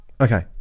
Okay